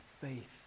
faith